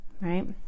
right